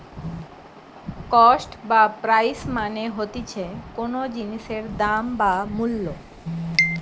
cost বা price মানে হতিছে কোনো জিনিসের দাম বা মূল্য